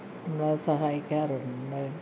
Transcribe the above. നമ്മളെ സഹായിക്കാറുണ്ട്